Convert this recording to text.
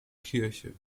kirche